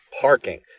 parking